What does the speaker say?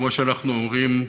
כמו שאנחנו אומרים,